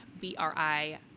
b-r-i